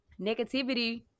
negativity